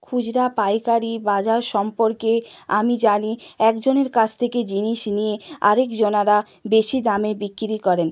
খুচরা পাইকারি বাজার সম্পর্কে আমি জানি একজনের কাছ থেকে জিনিস নিয়ে আরেকজনেরা বেশি দামে বিক্রি করেন